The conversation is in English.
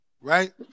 right